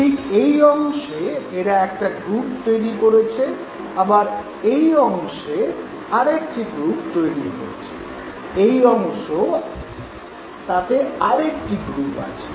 ঠিক এই অংশে এরা একটা গ্রুপ তৈরি করেছে আবার এই অংশে আর একটি গ্রুপ তৈরি হয়েছে এই অংশে আর একটি গ্রুপ আছে